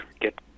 get